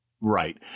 Right